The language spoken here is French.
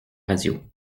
radio